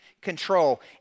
control